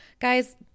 guys